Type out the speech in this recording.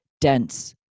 dense